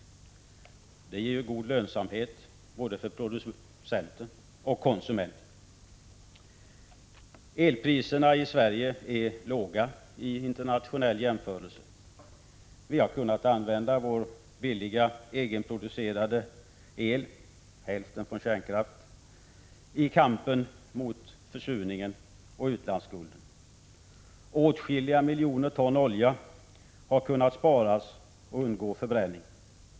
Det ger god lönsamhet både för producent och för konsument. Elpriserna i Sverige är låga i internationell jämförelse. Vi har kunnat använda vår billiga egenproducerade el — hälften från kärnkraft — i kampen mot försurningen och utlandsskulden. Åtskilliga miljoner ton olja har kunnat sparas och undgå förbränning.